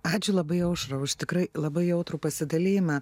ačiū labai aušra už tikrai labai jautrų pasidalijimą